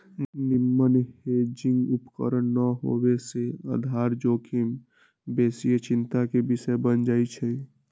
निम्मन हेजिंग उपकरण न होय से सेहो आधार जोखिम बेशीये चिंता के विषय बन जाइ छइ